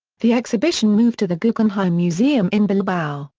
the exhibition moved to the guggenheim museum in bilbao,